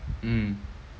mm